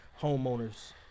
homeowners